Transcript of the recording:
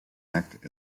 act